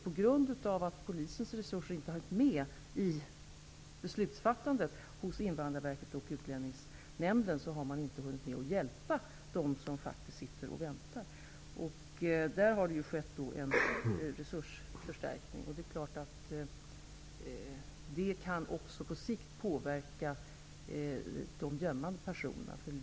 På grund av att polisens resurser inte har hängt med Invandrarverkets och Utlänningsnämndens beslutsfattande har man inte hunnit med att hjälpa de som faktiskt sitter och vänter. Det har skett en resursförstärkning. Det kan också på sikt påverka de personer som gömmer sig.